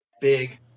big